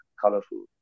colorful